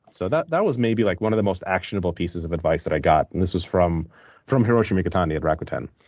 so that that was maybe like one of the most actionable pieces of advice that i got. and this was from from hiroshi mikitani at rakuten.